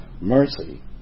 mercy